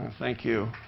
thank you.